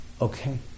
okay